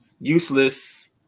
useless